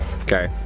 okay